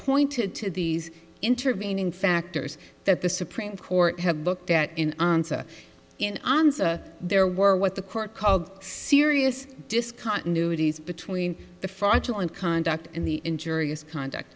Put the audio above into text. pointed to these intervening factors that the supreme court have looked at in their word what the court called serious discontinuity between the fraudulent conduct and the injurious conduct